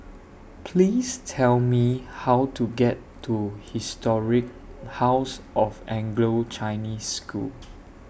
Please Tell Me How to get to Historic House of Anglo Chinese School